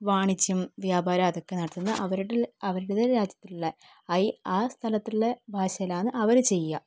വാണിജ്യം വ്യാപാരം അതൊക്കെ നടത്തുന്നത് അവരുടെ അവരുടേതായ രാജ്യത്തിലുള്ള ഐ ആ സ്ഥലത്തുള്ള ഭാഷയിലാണ് അവർ ചെയ്യുക